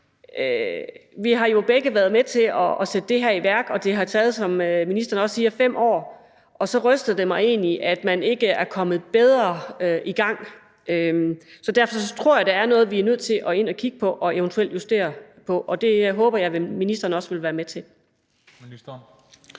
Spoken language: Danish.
at vi jo begge har været med til at sætte det her i værk, og det har, som ministeren også siger, taget 5 år. Og så ryster det mig egentlig, at man ikke er kommet bedre i gang. Så derfor tror jeg, at der er noget, vi er nødt til at kigge på og eventuelt justere på, og det håber jeg at ministeren også vil være med til.